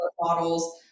models